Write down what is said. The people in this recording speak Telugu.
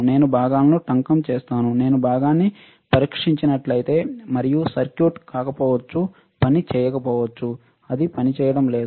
నేను భాగాలను టంకము చేస్తాను నేను భాగాన్ని పరీక్షించినట్లయితే మరియు సర్క్యూట్ కాకపోవచ్చు పని పనిచేయకపోవచ్చు అది పనిచేయడం లేదు